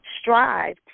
strive